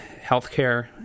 healthcare